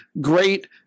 Great